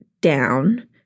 down